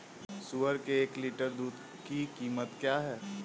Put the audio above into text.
सुअर के एक लीटर दूध की कीमत क्या है?